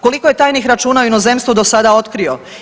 Koliko je tajnih računa u inozemstvu do sada otkrio?